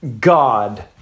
God